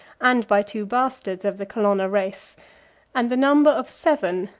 and by two bastards of the colonna race and the number of seven,